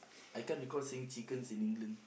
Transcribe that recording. I can't recall seeing chickens in England